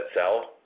sell